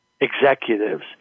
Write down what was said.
executives